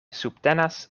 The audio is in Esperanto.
subtenas